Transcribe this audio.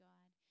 God